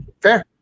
Fair